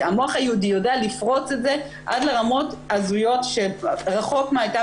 המוח היהודי יודע לפרוץ את זה עד לרמות הזויות שרחוק מהם הייתה